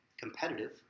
competitive